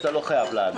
אתה לא חייב לענות.